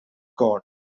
god